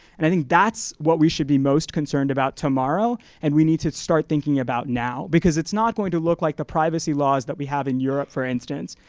and i think that's what we should be most concerned about tomorrow. and we need to start thinking about now, because it's not going to look like the privacy laws that we have in europe, for instance.